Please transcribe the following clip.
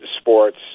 sports